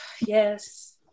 Yes